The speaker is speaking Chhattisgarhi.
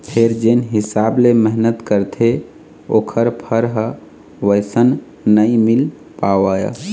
फेर जेन हिसाब ले मेहनत करथे ओखर फर ह वइसन नइ मिल पावय